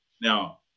Now